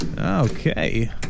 Okay